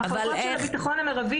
המחלקות של הביטחון המרבי,